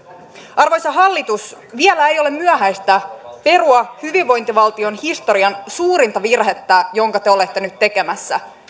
arvoisa hallitus vielä ei ole myöhäistä perua hyvinvointivaltion historian suurinta virhettä jonka te olette nyt tekemässä